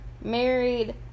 married